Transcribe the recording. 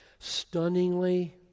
Stunningly